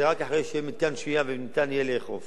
זה רק אחרי שיהיה מתקן שהייה וניתן יהיה לאכוף.